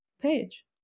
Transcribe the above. page